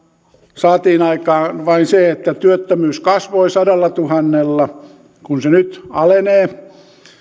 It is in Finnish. saatiin aikaan vain se että työttömyys kasvoi sadallatuhannella kun se nyt alenee